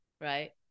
right